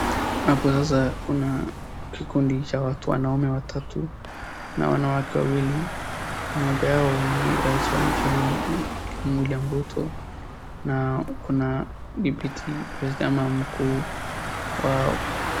Hapo sasa kuna kikundi cha watu, wanaume watatu na wanawake wawili. Mmoja wao ni rais wa nchini William Ruto na kuna "dpt president" ama mkuu wao.